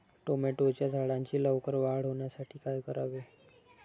टोमॅटोच्या झाडांची लवकर वाढ होण्यासाठी काय करावे?